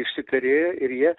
išsiperėjo ir jie